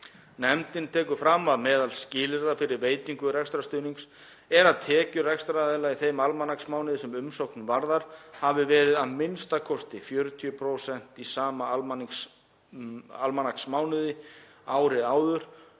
Nefndin tekur fram að meðal skilyrða fyrir veitingu rekstrarstuðnings er að tekjur rekstraraðila í þeim almanaksmánuði sem umsókn varðar hafi verið a.m.k. 40% í sama almanaksmánuði árið áður